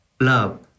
love